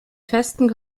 festen